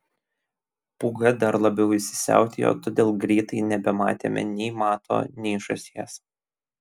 pūga dar labiau įsisiautėjo todėl greitai nebematėme nei mato nei žąsies